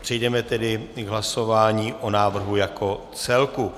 Přejdeme tedy k hlasování o návrhu jako celku.